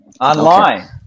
online